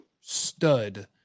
Stud